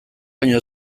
baino